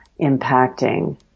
impacting